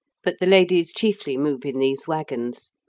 but the ladies chiefly move in these waggons,